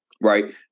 right